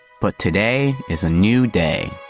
but today is a new day!